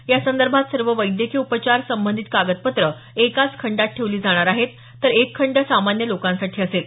यासंदर्भात सर्व वैद्यकीय उपचार संबंधित कागदपत्रं एकाच खंडात ठेवली जाणार आहेत तर एक खंड सामान्य लोकांसाठी असेल